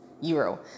Euro